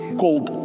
called